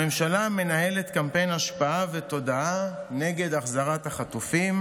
הממשלה מנהלת קמפיין השפעה ותודעה נגד החזרת החטופים.